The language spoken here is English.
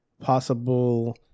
possible